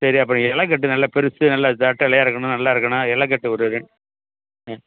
சரி அப்பறம் இலை கட்டு நல்ல பெருசு நல்ல சாட்டை இலையா இருக்கணும் நல்லா இருக்கணும் இலை கட்டு ஒரு ரெ ஆ